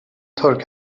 ترک